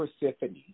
Persephone